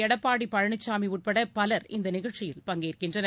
எடப்பாடி பழனிசாமி உட்பட பலர் இந்த நிகழ்ச்சியில் பங்கேற்கின்றனர்